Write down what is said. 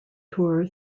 tour